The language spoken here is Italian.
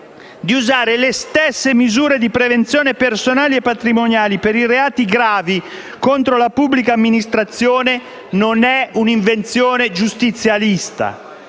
di usare le stesse misure di prevenzione personali e patrimoniali per i reati gravi contro la pubblica amministrazione non è un'invenzione giustizialista.